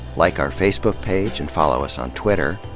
like our facebook page and follow us on twitter.